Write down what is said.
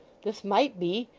this might be.